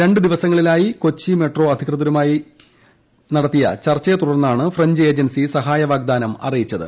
രണ്ടു ദിവസങ്ങളിലായി കൊച്ചി മെട്രോ അധികൃതരുമായി ചർച്ചയെ തുടർന്നാണ് ഫ്രഞ്ച് ഏജൻസി ധനസഹായ വാഗ്ദാനം അറിയിച്ചത്